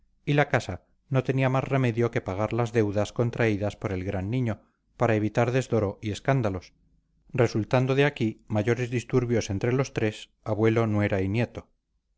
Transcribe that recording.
y la casa no tenía más remedio que pagar las deudas contraídas por el gran niño para evitar desdoro y escándalos resultando de aquí mayores disturbios entre los tres abuelo nuera y nieto